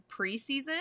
preseason